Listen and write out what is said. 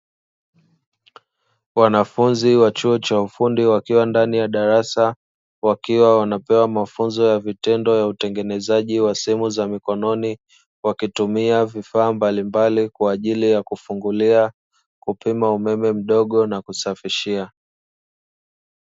Wanafunzi wa chuo cha ufundi wakiwa ndani ya darasa wakiwa wanapewa mafunzo ya vitendo ya utengenezaji wa simu za mikononi, wakitumia vifaa mbalimbali kwa ajili ya kufungulia, kupima umeme mdogo na kusafishia.